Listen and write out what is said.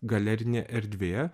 galerinė erdvė